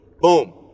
Boom